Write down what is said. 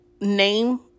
name